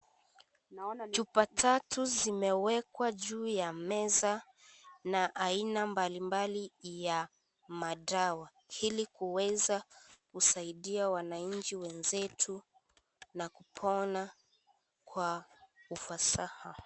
Chupa tatu zimewekwa juu ya meza na aina mbalimbali ya madawa ili kuweza kusaidia wananchi wenzetu na kupona kwa ufasaha.